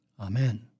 Amen